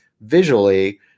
visually